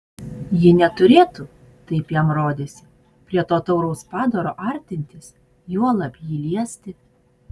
ji neturėtų taip jam rodėsi prie to tauraus padaro artintis juolab jį liesti